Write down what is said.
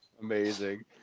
amazing